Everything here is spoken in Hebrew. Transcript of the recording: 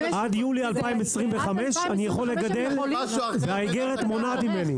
עד יולי 2025, והאיגרת מונעת ממני.